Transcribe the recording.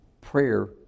Prayer